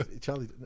Charlie